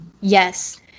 Yes